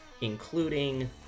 including